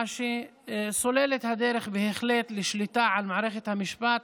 מה שסולל את הדרך בהחלט לשליטה על מערכת המשפט,